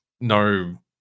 no